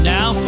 Now